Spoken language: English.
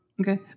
Okay